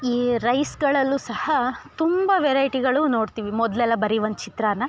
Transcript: ಈ ರೈಸ್ಗಳಲ್ಲು ಸಹ ತುಂಬ ವೆರೈಟಿಗಳು ನೋಡ್ತೀವಿ ಮೊದಲೆಲ್ಲಾ ಬರಿ ಒಂದು ಚಿತ್ರಾನ್ನ